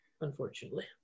unfortunately